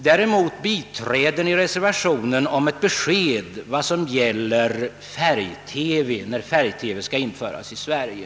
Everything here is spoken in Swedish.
Däremot biträder de den reservation där det begäres ett besked om när färg-TV skall införas i Sverige.